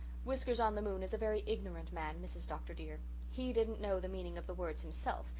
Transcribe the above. whiskers-on-the-moon is a very ignorant man, mrs. dr. dear he didn't know the meaning of the words himself,